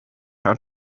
how